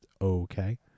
okay